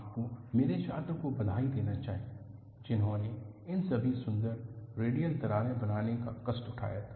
आपको मेरे छात्र को बधाई देना चाहिए जिन्होंने इन सभी सुंदर रेडियल दरारें बनाने का कष्ट उठाया था